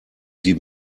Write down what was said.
die